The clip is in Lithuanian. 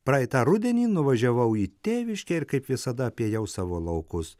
praeitą rudenį nuvažiavau į tėviškę ir kaip visada apėjau savo laukus